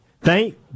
thank